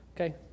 Okay